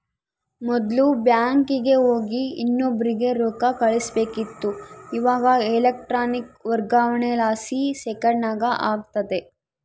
ಮೊದ್ಲು ಬ್ಯಾಂಕಿಗೆ ಹೋಗಿ ಇನ್ನೊಬ್ರಿಗೆ ರೊಕ್ಕ ಕಳುಸ್ಬೇಕಿತ್ತು, ಇವಾಗ ಎಲೆಕ್ಟ್ರಾನಿಕ್ ವರ್ಗಾವಣೆಲಾಸಿ ಸೆಕೆಂಡ್ನಾಗ ಆಗ್ತತೆ